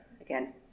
again